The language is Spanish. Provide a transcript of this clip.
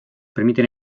permiten